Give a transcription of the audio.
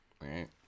right